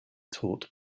taught